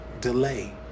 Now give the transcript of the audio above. delay